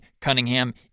Cunningham